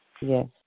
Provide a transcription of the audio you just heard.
Yes